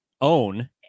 own